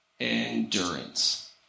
endurance